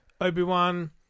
Obi-Wan